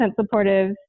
supportive